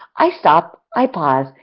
i stop, i pause,